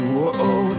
Whoa